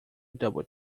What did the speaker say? double